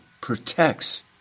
protects